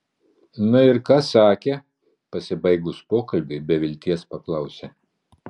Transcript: na ir ką sakė pasibaigus pokalbiui be vilties paklausė